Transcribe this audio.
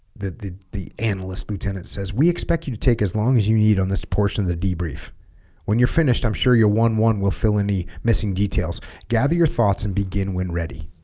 the the the analyst lieutenant says we expect you to take as long as you need on this portion of the debrief when you're finished i'm sure your one one will fill any missing details gather your thoughts and begin when ready